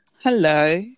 Hello